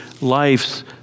life's